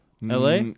LA